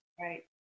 right